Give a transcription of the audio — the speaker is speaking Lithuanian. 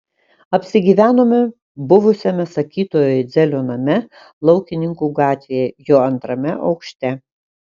apsigyvenome buvusiame sakytojo idzelio name laukininkų gatvėje jo antrame aukšte